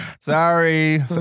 Sorry